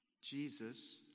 Jesus